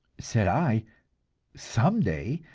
said i some day,